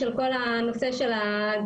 של כל הנושא של הדיכאון,